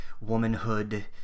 womanhood